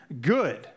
Good